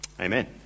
Amen